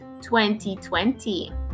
2020